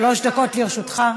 שלוש דקות לרשותך.